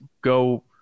go